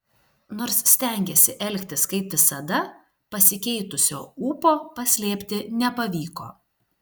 nors stengėsi elgtis kaip visada pasikeitusio ūpo paslėpti nepavyko